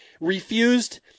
refused